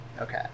Okay